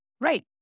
Right